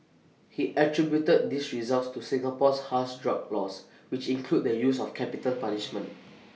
he attributed these results to Singapore's harsh drug laws which include the use of capital punishment